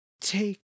Take